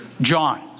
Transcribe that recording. John